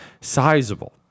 sizable